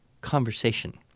conversation